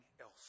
else